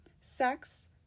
Sex